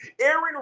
Aaron